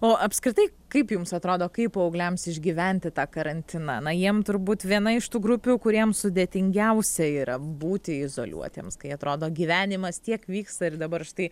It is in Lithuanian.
o apskritai kaip jums atrodo kaip paaugliams išgyventi tą karantiną na jiem turbūt viena iš tų grupių kuriems sudėtingiausia yra būti izoliuotiems kai atrodo gyvenimas tiek vyksta ir dabar štai